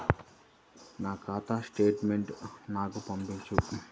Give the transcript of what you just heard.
నా ఖాతా స్టేట్మెంట్ను నాకు చూపించు